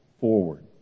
forward